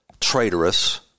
traitorous